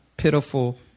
pitiful